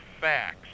facts